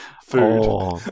food